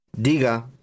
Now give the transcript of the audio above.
Diga